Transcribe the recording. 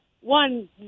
one